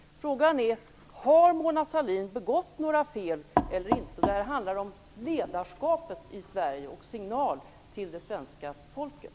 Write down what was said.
Har Mona Sahlin begått några fel eller inte? Det här handlar om ledarskapet i Sverige och en signal till det svenska folket.